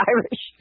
Irish